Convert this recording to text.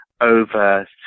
over